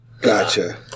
Gotcha